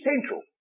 central